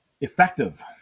effective